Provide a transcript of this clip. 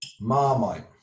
marmite